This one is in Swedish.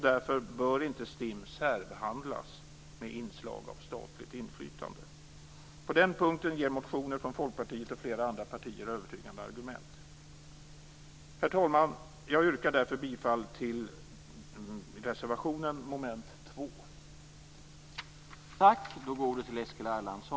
Därför bör inte STIM särbehandlas med inslag av statligt inflytande. På den punkten ger motioner från Folkpartiet och flera andra partier övertygande argument. Herr talman! Jag yrkar därför bifall till reservationen under mom. 2.